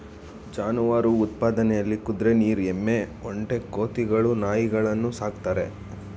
ಜಾನುವಾರು ಉತ್ಪಾದನೆಲಿ ಕುದ್ರೆ ನೀರ್ ಎಮ್ಮೆ ಒಂಟೆ ಕೋತಿಗಳು ನಾಯಿಗಳನ್ನು ಸಾಕ್ತಾರೆ